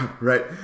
right